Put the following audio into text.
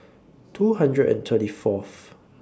two hundred and thirty Fourth